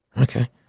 okay